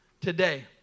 today